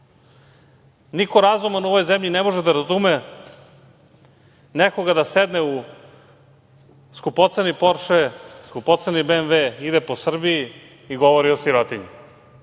Niko razuman ne može da razume nekog da sedne u skupoceni Porše, skupoceni BMW, ide po Srbiji i govori o sirotinji.